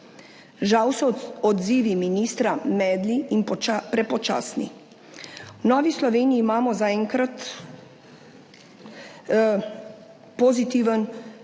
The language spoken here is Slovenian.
Žal so odzivi ministra medli in prepočasni. V Novi Sloveniji imamo zaenkrat pozitiven